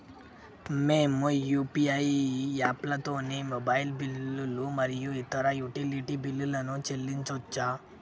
మేము యూ.పీ.ఐ యాప్లతోని మొబైల్ బిల్లులు మరియు ఇతర యుటిలిటీ బిల్లులను చెల్లించచ్చు